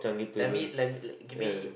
let me let me let give me